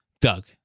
Doug